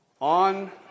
On